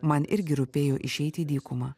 man irgi rūpėjo išeiti į dykumą